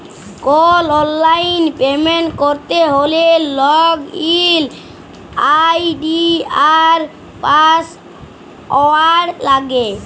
call অললাইল payment ক্যরতে হ্যলে লগইল আই.ডি আর পাসঅয়াড় লাগে